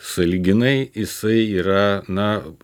sąlyginai jisai yra na